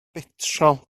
betrol